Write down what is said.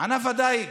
ענף הדיג.